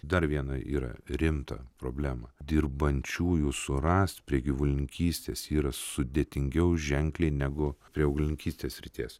dar viena yra rimta problema dirbančiųjų surast prie gyvulininkystės yra sudėtingiau ženkliai negu prie augalininkystės srities